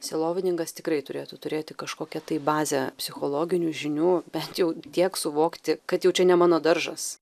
sielovadininkas tikrai turėtų turėti kažkokią tai bazę psichologinių žinių bent jau tiek suvokti kad jau čia ne mano daržas